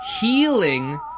healing